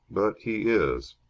but he is.